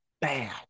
bad